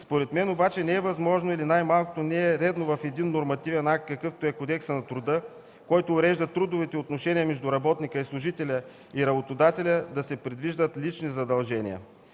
Според мен обаче не е възможно или най-малкото не е редно в нормативен акт, какъвто е Кодексът на труда, който урежда трудовите отношения между работника и служителя и работодателя, да се предвиждат лични задължения,